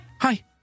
Hi